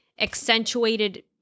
accentuated